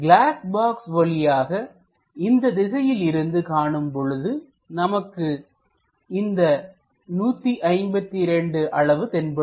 class box வழியாக இந்த திசையில் இருந்து காணும் போதுநமக்கு இந்த 152 அளவு தென்படும்